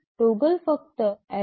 toggle ફક્ત led